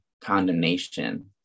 condemnation